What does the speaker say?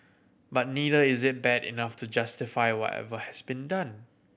but neither is it bad enough to justify whatever has been done